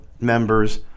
members